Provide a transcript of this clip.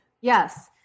yes